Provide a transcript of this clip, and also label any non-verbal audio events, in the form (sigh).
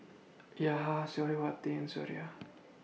(unintelligible) Suriawati and Suraya